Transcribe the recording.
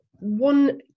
one